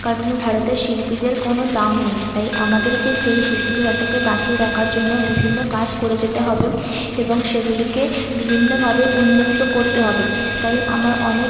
কারণ ভারতের শিল্পীদের কোনো দাম নেই তাই আমাদেরকে সেই শিল্পী সত্ত্বাকে বাঁচিয়ে রাখার জন্য বিভিন্ন কাজ করে যেতে হবে এবং সেগুলিকে বিভিন্নভাবে উন্মুক্ত করতে হবে তাই আমার অনেক